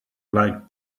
like